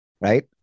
right